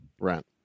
rent